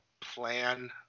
plan